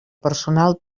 personal